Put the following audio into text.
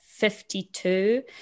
52